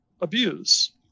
abuse